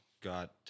got